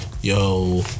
yo